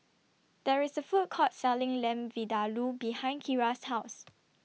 There IS A Food Court Selling Lamb Vindaloo behind Kira's House